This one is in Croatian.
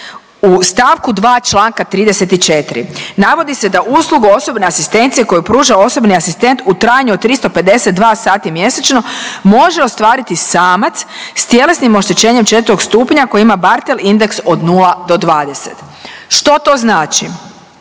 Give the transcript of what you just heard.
u stavku 2. Članka 34. navodi se da uslugu osobne asistencije koju pruža osobni asistent u trajanju od 352 sati mjesečno može ostvariti samac s tjelesnim oštećenjem IV stupnja koji ima Barthel indeks od 0 do 20. Što to znači?